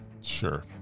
Sure